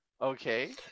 okay